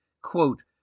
quote